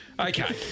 Okay